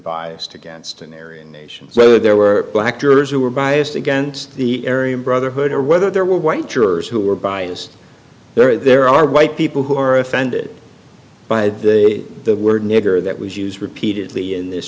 biased against an area nations whether there were black jurors who were biased against the area brotherhood or whether there were white jurors who were biased there or there are white people who are offended by the the word nigger that was used repeatedly in this